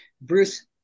Bruce